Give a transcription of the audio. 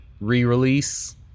re-release